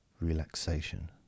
relaxation